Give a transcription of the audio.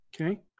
Okay